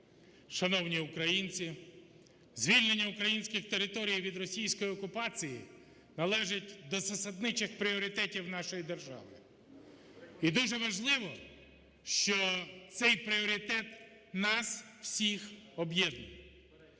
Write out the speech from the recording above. Шановні українці! Звільнення українських територій від російської окупації належить до засадничих пріоритетів нашої держави. І дуже важливо, що цей пріоритет нас всіх об'єднує.